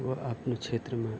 आ आफ्नो छेत्रमा